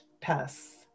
pests